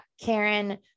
Karen